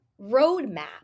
roadmap